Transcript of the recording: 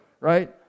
right